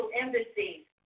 Embassy